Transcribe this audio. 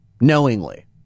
knowingly